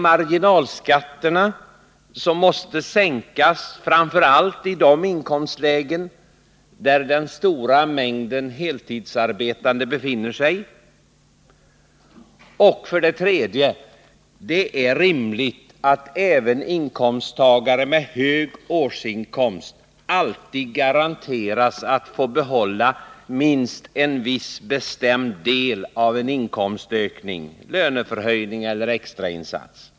Marginalskatterna måste sänkas framför allt i de inkomstlägen där den stora mängden heltidsarbetande befinner sig. 3. Det är rimligt att även inkomsttagare med hög årsinkomst alltid garanteras att få behålla minst en viss del av en inkomstökning — löneförhöjning eller extra insats.